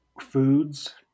foods